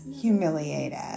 humiliated